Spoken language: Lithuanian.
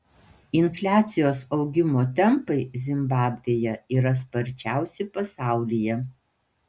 infliacijos augimo tempai zimbabvėje yra sparčiausi pasaulyje